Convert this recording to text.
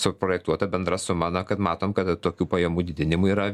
suprojektuota bendra suma na kad matom kad tokių pajamų didinimui yra